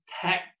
tech